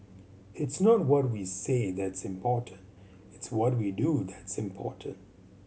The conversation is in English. it's not what we say that's important it's what we do that's important